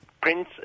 prince